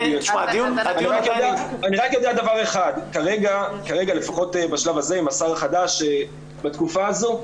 אני רק יודע דבר אחד: כרגע לפחות בשלב הזה עם השר החדש בתקופה הזו,